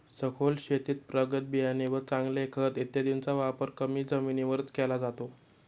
सखोल शेतीत प्रगत बियाणे व चांगले खत इत्यादींचा वापर कमी जमिनीवरच केला जातो